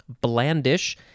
Blandish